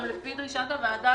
גם לפי דרישת הוועדה,